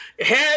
head